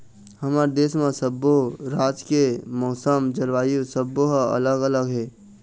हमर देश म सब्बो राज के मउसम, जलवायु सब्बो ह अलग अलग हे